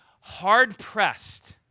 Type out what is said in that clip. hard-pressed